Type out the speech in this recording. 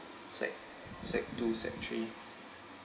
sec sec two sec three